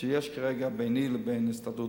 שיש כרגע ביני לבין ההסתדרות,